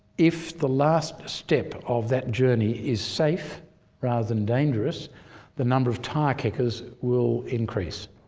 if the last step of that journey is safe rather than dangerous the number of tire kickers will increase.